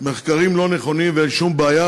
שהמחקרים לא נכונים ואין שום בעיה,